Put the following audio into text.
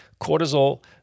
cortisol